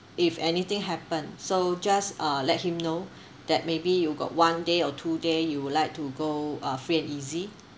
if anything happen so just uh let him know that maybe you got one day or two day you would like to go uh free and easy